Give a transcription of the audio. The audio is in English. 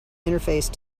interface